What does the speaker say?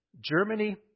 Germany